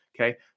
Okay